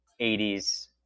80s